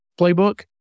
playbook